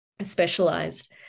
specialized